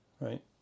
right